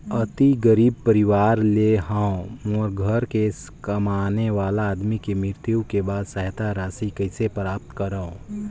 अति गरीब परवार ले हवं मोर घर के कमाने वाला आदमी के मृत्यु के बाद सहायता राशि कइसे प्राप्त करव?